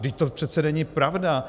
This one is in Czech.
Vždyť to přece není pravda.